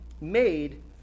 made